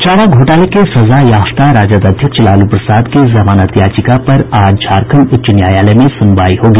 चारा घोटाले के सजायाफ्ता राजद अध्यक्ष लालू प्रसाद की जमानत याचिका पर आज झारखंड उच्च न्यायालय में सुनवाई होगी